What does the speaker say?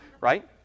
right